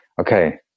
Okay